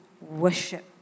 worship